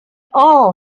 all